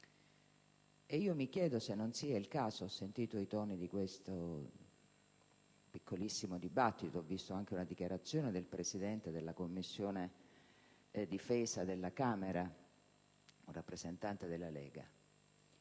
con le opposizioni. Ho sentito i toni di questo piccolissimo dibattito e ho visto anche una dichiarazione del Presidente della Commissione difesa della Camera, rappresentante della Lega.